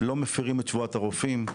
לא מפרים את שבועת הרופאים,